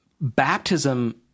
baptism